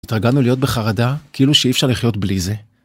התרגלנו להיות בחרדה כאילו שאי אפשר לחיות בלי זה.